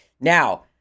Now